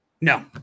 no